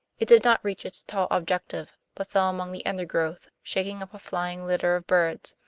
it did not reach its tall objective, but fell among the undergrowth, shaking up a flying litter of birds.